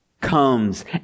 comes